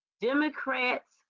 Democrats